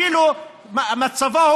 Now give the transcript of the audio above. אפילו במצבו,